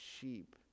sheep